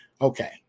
Okay